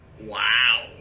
Wow